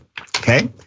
Okay